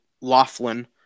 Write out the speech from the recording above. Laughlin